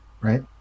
right